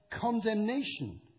condemnation